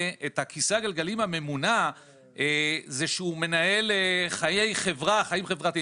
את כיסא הגלגלים הממונע זה שהוא מנהל חיים חברתיים.